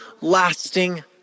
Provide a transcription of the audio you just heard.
lasting